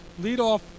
leadoff